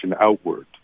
outward